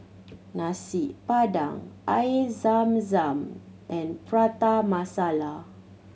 Nasi Padang Air Zam Zam and Prata Masala